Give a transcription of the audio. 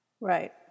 Right